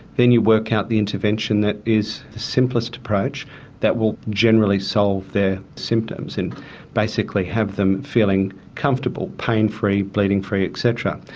then you work out the intervention that is the simplest approach that will generally solve their symptoms and basically have them feeling comfortable, pain free, bleeding free etc.